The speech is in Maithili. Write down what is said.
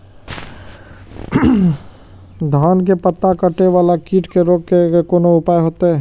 धान के पत्ता कटे वाला कीट के रोक के कोन उपाय होते?